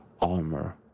armor